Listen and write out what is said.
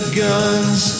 guns